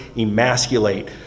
emasculate